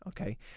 okay